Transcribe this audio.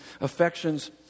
affections